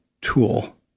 tool